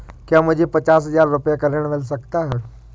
क्या मुझे पचास हजार रूपए ऋण मिल सकता है?